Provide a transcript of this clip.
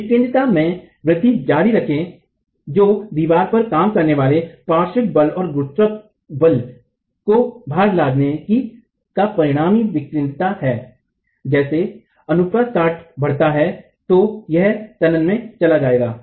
विकेंद्रिता में वृद्धि जारी रखें जो दीवार पर काम करने वाले पार्श्विक बल और गुरुत्व बल को भार लादने का परिणामी विकेद्रिता है जैसे अनुप्रस्थ काट बढ़ता है तो यह तनन में चला जायेगा